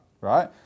right